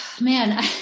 Man